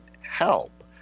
help